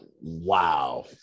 Wow